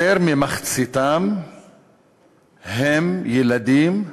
יותר ממחציתם ילדים,